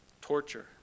torture